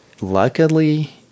luckily